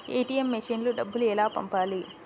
ATM మెషిన్లో డబ్బులు ఎలా పంపాలి?